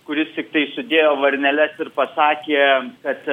kuris tiktai sudėjo varneles ir pasakė kad